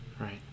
Right